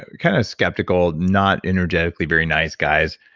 ah kind of skeptical, not energetically very nice guys,